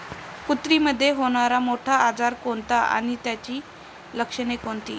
कुत्रीमध्ये होणारा मोठा आजार कोणता आणि त्याची लक्षणे कोणती?